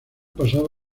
pasado